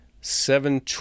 seven